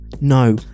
no